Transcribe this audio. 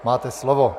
Máte slovo.